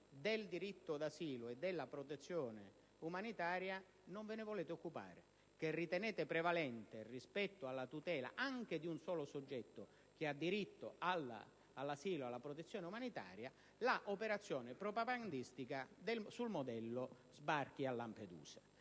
del diritto di asilo e della protezione umanitaria e che ritenete prevalente rispetto alla tutela anche di un solo soggetto che ha diritto all'asilo, e alla protezione umanitaria un'operazione propagandistica sul modello sbarchi a Lampedusa.